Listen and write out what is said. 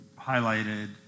highlighted